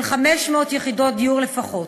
של 500 יחידות דיור לפחות,